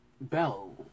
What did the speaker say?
Bell